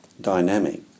dynamic